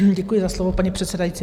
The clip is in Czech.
Děkuji za slovo paní předsedající.